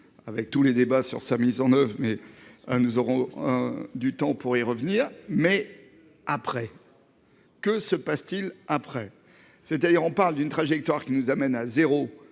avec tous les débats sur sa mise en oeuvre mais. Nous aurons. Du temps pour y revenir mais après. Que se passe-t-il après. C'est-à-dire on parle d'une trajectoire qui nous amène à 0